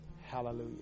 hallelujah